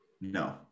No